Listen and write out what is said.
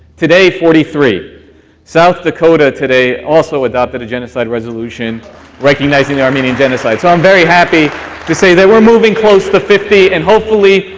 today forty three south dakota today also adopted a genocide resolution recognizing armenian genocide. so i'm very happy to say that we're moving close to fifty and, hopefully,